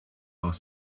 auch